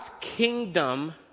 kingdom